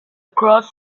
cross